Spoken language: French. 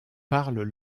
parlent